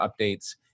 updates